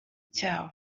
cyabo